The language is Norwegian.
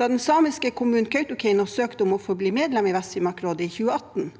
Da den samiske kommunen Kautokeino søkte om å få bli medlem i VestFinnmark Rådet i 2018,